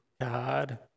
God